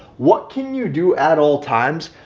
what can you do at all times?